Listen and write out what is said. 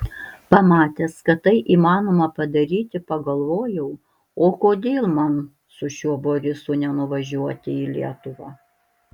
pamatęs kad tai įmanoma padaryti pagalvojau o kodėl man su šiuo borisu nenuvažiuoti į lietuvą